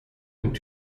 und